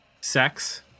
Sex